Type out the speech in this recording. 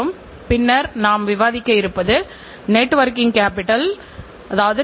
வருமானத்தின் நியாயமான அளவு நம்மிடம் உள்ளது